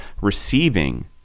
receiving